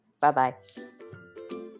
Bye-bye